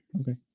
Okay